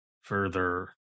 further